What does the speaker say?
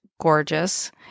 gorgeous